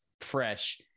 fresh